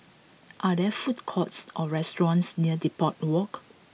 are there food courts or restaurants near Depot Walk